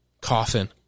coffin